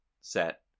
set